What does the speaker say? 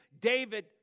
David